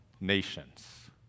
nations